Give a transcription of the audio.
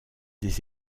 des